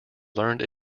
learned